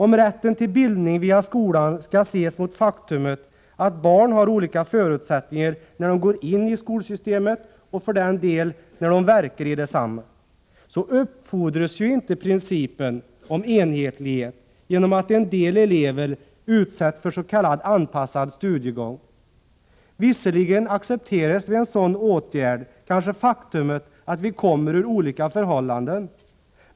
Om rätten till bildning via skolan skall ses mot det faktum att barn har olika förutsättningar när de går in i skolsystemet, och för den delen också verkar i detsamma, befordras ju inte principen om enhetlighet genom att en del elever utsätts för s.k. anpassad studiegång. Visserligen accepteras vid en sådan åtgärd kanske det faktum att vi kommer från olika förhållanden.